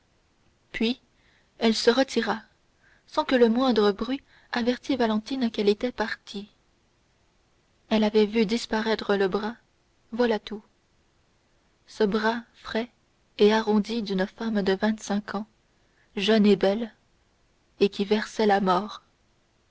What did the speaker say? puis elle se retira sans que le moindre bruit avertît valentine qu'elle était partie elle avait vu disparaître le bras voilà tout ce bras frais et arrondi d'une femme de vingt-cinq ans jeune et belle et qui versait la mort